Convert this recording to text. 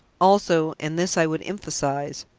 also and this i would emphasise.